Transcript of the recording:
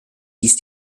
east